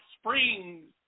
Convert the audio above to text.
springs